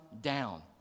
down